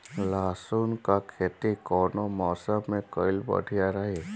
लहसुन क खेती कवने मौसम में कइल बढ़िया रही?